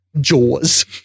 Jaws